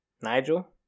Nigel